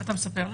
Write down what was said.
אתה מספר לנו?